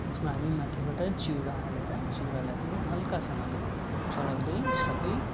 त्यसमा हामी माथिबाट चिउरा हालेर चिउरालाई पनि हलकासँगले चलाउँदै सबै